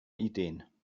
ideen